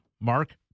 Mark